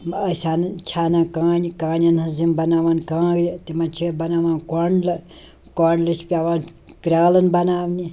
أسۍ اَنان چھِ اَنان کانہِ کانٮ۪ن ہٕنٛز یِم بناوان کانٛگرِ تِمن چھِ بناوان کۄنٛڈلہٕ کۄنٛڈلہٕ چھِ پٮ۪وان کرٛالَن بناونہِ